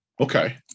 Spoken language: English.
Okay